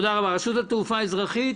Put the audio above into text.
רשות התעופה האזרחית.